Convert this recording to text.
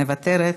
מוותרת,